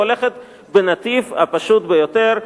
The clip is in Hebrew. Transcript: היא הולכת בנתיב הפשוט ביותר,